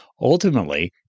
Ultimately